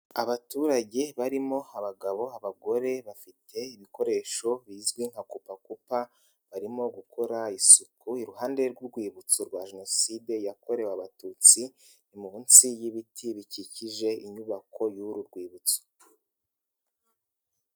Abaturage barimo abagabo, abagore bafite ibikoresho bizwi nka kupakupa barimo gukora isuku iruhande rw'urwibutso rwa Jenoside yakorewe abatutsi, ni munsi y'ibiti bikikije inyubako y'uru rwibutso.